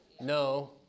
no